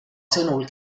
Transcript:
sõnul